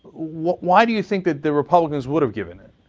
why do you think that the republicans would've given in?